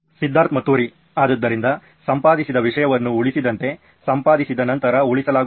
ಸಿದ್ಧಾರ್ಥ್ ಮತುರಿ ಆದ್ದರಿಂದ ಸಂಪಾದಿಸಿದ ವಿಷಯವನ್ನು ಉಳಿಸಿದಂತೆ ಸಂಪಾದಿಸಿ ನಂತರ ಉಳಿಸಲಾಗುತ್ತದೆ